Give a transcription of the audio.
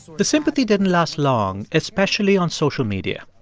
the sympathy didn't last long, especially on social media.